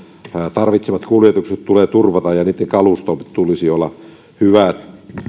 tarvitsemat kuljetukset tulee turvata ja niitten kaluston tulisi olla hyvää